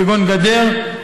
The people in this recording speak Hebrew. כגון גדר,